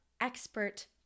expert